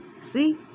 see